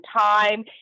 time